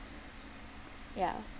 ya